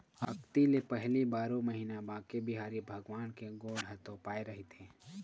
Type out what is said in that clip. अक्ती ले पहिली बारो महिना बांके बिहारी भगवान के गोड़ ह तोपाए रहिथे